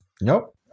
Nope